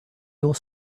your